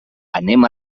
anem